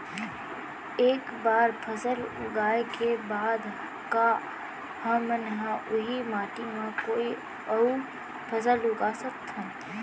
एक बार फसल उगाए के बाद का हमन ह, उही माटी मा कोई अऊ फसल उगा सकथन?